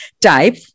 type